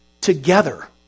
together